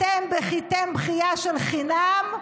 אתם בכיתם בכייה של חינם,